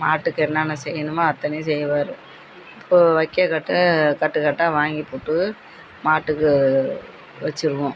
மாட்டுக்கு என்னான்ன செய்யணுமோ அத்தனையும் செய்வார் இப்போது வைக்கல் கட்டு கட்டு கட்டாக வாங்கிப் போட்டு மாட்டுக்கு வச்சுருவோம்